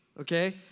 okay